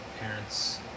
parents